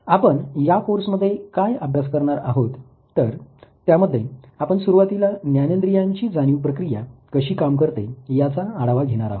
आपण या कोर्स मध्ये काय अभ्यास करणार आहोत तर त्यामध्ये आपण सुरवातीला ज्ञानेद्रियांची जाणीव प्रक्रिया कशी काम करते याचा आढावा घेणार आहोत